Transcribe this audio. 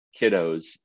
kiddos